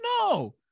No